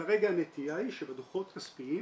כרגע הנטייה היא שבדוחות כספיים